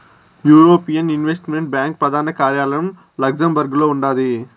European investment bank ప్రదాన కార్యాలయం లక్సెంబర్గులో ఉండాది